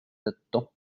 tõttu